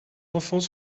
enfants